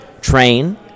train